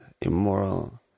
immoral